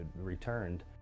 returned